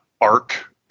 arc